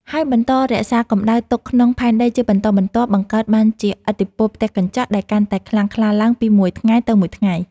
ហើយបន្តរក្សាកម្ដៅទុកក្នុងផែនដីជាបន្តបន្ទាប់ បង្កើតបានជាឥទ្ធិពលផ្ទះកញ្ចក់ដែលកាន់តែខ្លាំងក្លាឡើងពីមួយថ្ងៃទៅមួយថ្ងៃ។